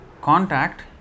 Contact